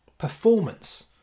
performance